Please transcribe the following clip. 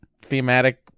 thematic